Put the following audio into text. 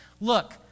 look